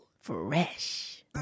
fresh